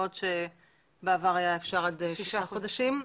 בעוד שבעבר אפשר היה עד שישה חודשים.